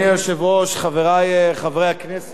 אדוני היושב-ראש, חברי חברי הכנסת,